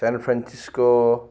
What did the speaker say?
San Francisco